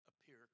appear